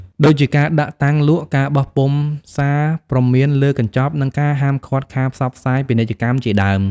ដូចជាការដាក់តាំងលក់ ការបោះពុម្ពសារព្រមានលើកញ្ចប់ និងការហាមឃាត់ការផ្សព្វផ្សាយពាណិជ្ជកម្មជាដើម។